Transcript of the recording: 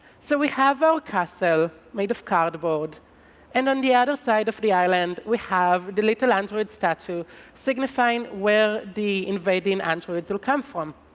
so we have our castle made of cardboard and on the other side of the island we have the little android statue signifying where the in invaiding androids will come from.